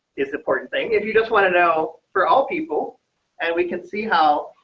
is important thing, if you just want to know, for all people and we can see how